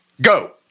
Go